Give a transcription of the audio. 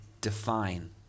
define